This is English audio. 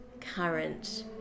current